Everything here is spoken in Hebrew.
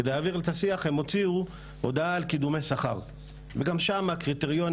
כדי להעביר את השיח הם הוציאו הודעה על קידומי שכר וגם שם הקריטריונים,